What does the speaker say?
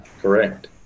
Correct